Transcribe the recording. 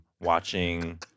watching